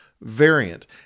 variant